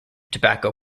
tobacco